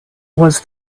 was